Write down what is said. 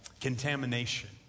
contamination